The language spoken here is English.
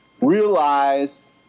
realized